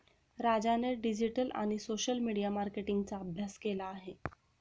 राजाने डिजिटल आणि social media मार्केटिंगचा अभ्यास केला आहे